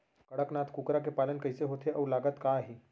कड़कनाथ कुकरा के पालन कइसे होथे अऊ लागत का आही?